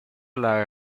alla